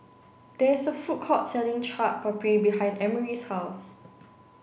there is a food court selling Chaat Papri behind Emory's house